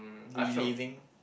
reliving